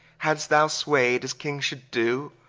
had'st thou sway'd as kings should do,